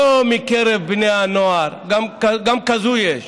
לא מקרב בני הנוער, גם כזו יש,